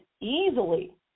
easily